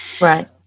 right